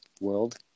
world